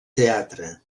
teatre